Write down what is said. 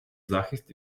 захист